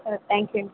సరే thank you అండి